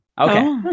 okay